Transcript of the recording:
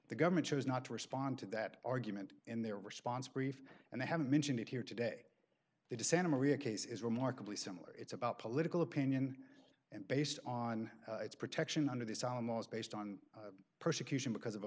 the government chose not to respond to that argument in their response brief and they haven't mentioned it here today the dishonorably a case is remarkably similar it's about political opinion and based on its protection under this almost based on persecution because of a